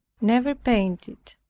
never painted,